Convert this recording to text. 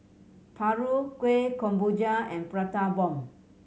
paru Kueh Kemboja and Prata Bomb